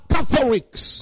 Catholics